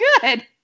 good